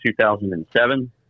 2007